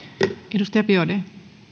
arvoisa